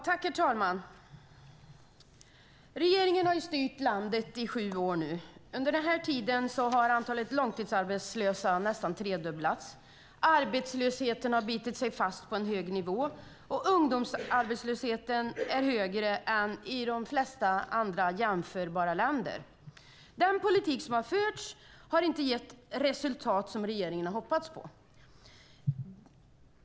Herr talman! Regeringen har styrt landet i sju år nu. Under den tiden har antalet långtidsarbetslösa nästan tredubblats. Arbetslösheten har bitit sig fast på en hög nivå, och ungdomsarbetslösheten är högre än i de flesta andra jämförbara länder. Den politik som har förts har inte gett de resultat som regeringen har hoppats på.